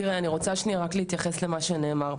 תראה, אני רוצה שניה להתייחס למה שנאמר פה.